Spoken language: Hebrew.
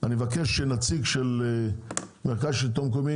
אני מבקש שנציג של המרכז השלטון המקומי,